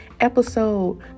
episode